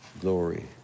Glory